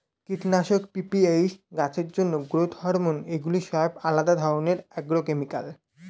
কীটনাশক, পি.পি.এইচ, গাছের জন্য গ্রোথ হরমোন এগুলি সব আলাদা ধরণের অ্যাগ্রোকেমিক্যাল